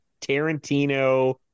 Tarantino